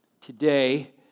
Today